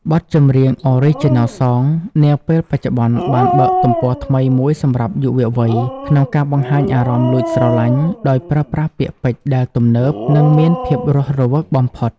បទចម្រៀង Original Song នាពេលបច្ចុប្បន្នបានបើកទំព័រថ្មីមួយសម្រាប់យុវវ័យ ក្នុងការបង្ហាញអារម្មណ៍លួចស្រឡាញ់ ដោយប្រើប្រាស់ពាក្យពេចន៍ដែលទំនើប និងមានភាពរស់រវើកបំផុត។